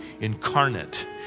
incarnate